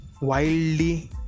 wildly